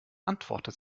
antwortet